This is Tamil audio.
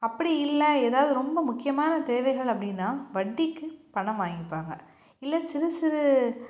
அப்படி இல்லை ஏதாவது ரொம்ப முக்கியமான தேவைகள் அப்படினா வட்டிக்கு பணம் வாங்கிப்பாங்க இல்லை சிறு சிறு